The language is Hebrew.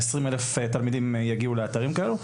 כ-20,000 תלמידים יגיעו לאתרים כאלה.